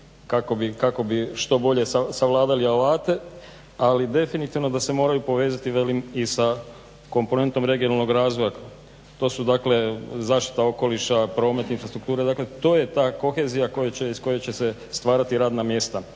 kako bi što bolje savladali alate ali definitivno da se moraju povezati i sa komponentnom regionalnog razvoja to su zaštita okoliša, promet i infrastruktura dakle to je ta kohezija iz koje će se stvarati radna mjesta.